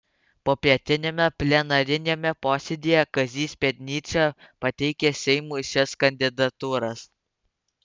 popietiniame plenariniame posėdyje kazys pėdnyčia pateikė seimui šias kandidatūras